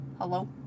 hello